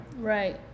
right